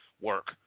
work